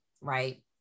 right